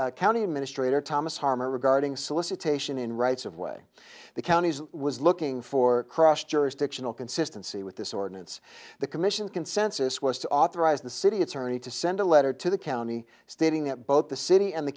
minister county administrator thomas harmer regarding solicitation in rights of way the counties was looking for cross jurisdictional consistency with this ordinance the commission consensus was to authorize the city attorney to send a letter to the county stating that both the city and the